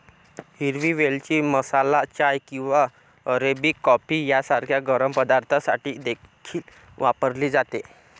हिरवी वेलची मसाला चाय किंवा अरेबिक कॉफी सारख्या गरम पदार्थांसाठी देखील वापरली जाते